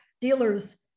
dealers